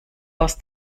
aus